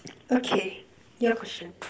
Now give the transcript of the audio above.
okay your question